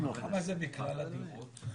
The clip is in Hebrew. כמה זה מכלל הדירות?